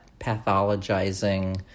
pathologizing